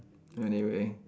anyway